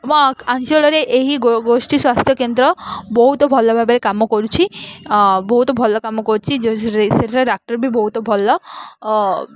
ଆମ ଆଞ୍ଚଳରେ ଏହି ଗୋଷ୍ଠୀ ସ୍ୱାସ୍ଥ୍ୟକେନ୍ଦ୍ର ବହୁତ ଭଲ ଭାବରେ କାମ କରୁଛି ବହୁତ ଭଲ କାମ କରୁଛି ସେଠାରେ ଡାକ୍ତର ବି ବହୁତ ଭଲ